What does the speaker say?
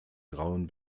grauen